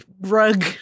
rug